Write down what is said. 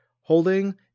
holding